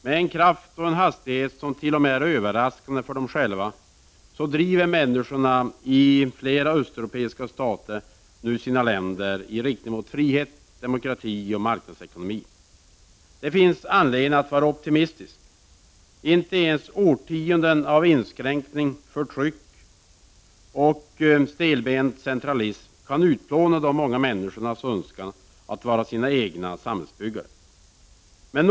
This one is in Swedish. Med en kraft och en hastighet som t.o.m. är överraskande för dem själva driver människorna i flera östeuropeiska stater nu sina länder i riktning mot frihet, demokrati och marknadsekonomi. Det finns anledning att vara optimistisk. Inte ens årtionden av inskränkning, förtryck och stelbent centralism kan utplåna de många människornas önskan att vara sina egna samhällsbyggare.